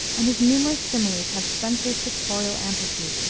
and his numerous similes have spenser's pictorial amplitude.